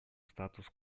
статус